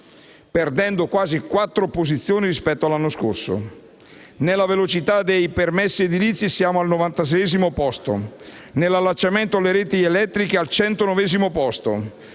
perso quasi quattro posizioni rispetto all'anno scorso. Nella velocità dei permessi edilizi siamo al 96º posto, nell'allacciamento alle reti elettriche al 109º posto,